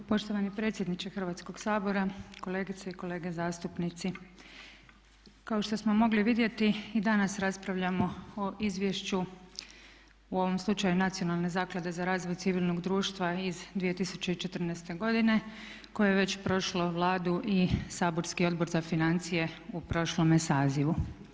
Poštovani predsjedniče Hrvatskog sabora, kolegice i kolege zastupnici kao što smo mogli vidjeti i danas raspravljamo o izvješću u ovom slučaju Nacionalne zaklade za razvoj civilnog društva iz 2014.godine koje je već prošlo Vladu i saborski Odbor za financije u prošlome sazivu.